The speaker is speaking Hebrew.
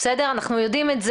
2021 עד 2025,